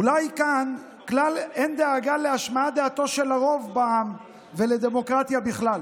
אולי כאן כלל אין דאגה להשמעת דעתו של הרוב בעם ולדמוקרטיה בכלל,